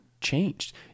changed